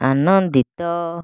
ଆନନ୍ଦିତ